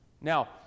Now